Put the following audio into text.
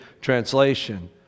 translation